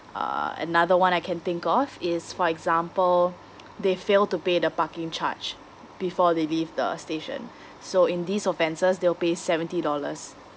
uh another one I can think of is for example they fail to pay the parking charge before they leave the station so in this offences they'll pay seventy dollars